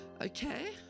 Okay